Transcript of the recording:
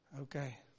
Okay